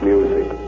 Music